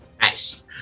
Nice